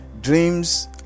Dreams